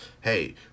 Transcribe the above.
hey